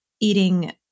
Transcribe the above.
eating